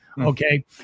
Okay